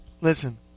Listen